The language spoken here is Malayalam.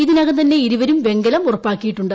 ഇതിനകം തന്നെ ഇരുവരും വെങ്കലും ഉറപ്പാക്കിയിട്ടുണ്ട്